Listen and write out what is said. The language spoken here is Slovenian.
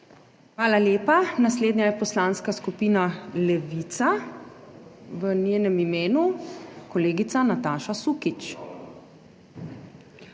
Hvala lepa. Naslednja je Poslanska skupina Levica, v njenem imenu kolegica Nataša Sukič.